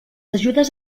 ajudes